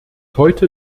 heute